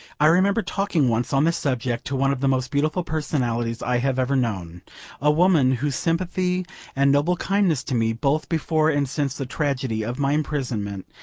i remember talking once on this subject to one of the most beautiful personalities i have ever known a woman, whose sympathy and noble kindness to me, both before and since the tragedy of my imprisonment,